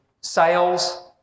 sales